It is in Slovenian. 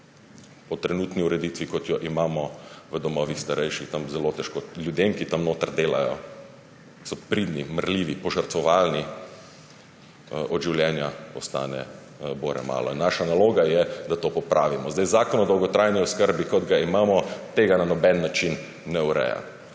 Po trenutni ureditvi, kot jo imamo v domovih starejših, ljudem, ki tam delajo, so pridni, marljivi, požrtvovalni, od življenja ostane bore malo. Naša naloga je, da to popravimo. Zakon o dolgotrajni oskrbi, kot ga imamo, tega na noben način ne ureja.